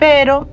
Pero